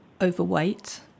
Overweight